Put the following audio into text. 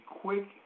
quick